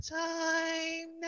time